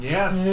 Yes